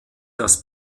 das